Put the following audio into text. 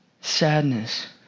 sadness